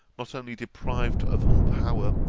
not only deprived of all power,